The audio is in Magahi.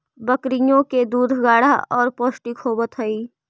बकरियों के दूध गाढ़ा और पौष्टिक होवत हई